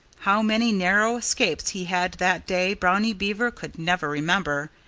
how many narrow escapes he had that day brownie beaver could never remember.